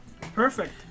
perfect